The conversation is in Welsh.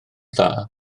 dda